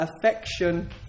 affection